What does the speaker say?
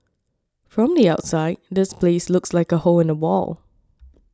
from the outside this place looks like a hole in the wall